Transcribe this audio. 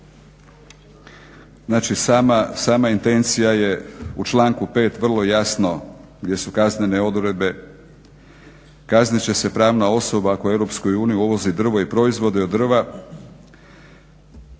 znači sama intencija je u članku 5. vrlo jasno, gdje su kaznene odredbe, "Kaznit će se pravna osoba koja u EU uvozi drvo i proizvode od drva,